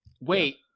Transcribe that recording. Wait